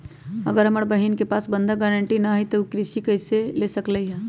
अगर हमर बहिन के पास बंधक गरान्टी न हई त उ कृषि ऋण कईसे ले सकलई ह?